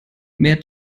mehr